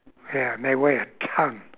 ya they weigh a ton